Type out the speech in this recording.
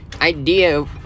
idea